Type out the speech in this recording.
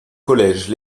collèges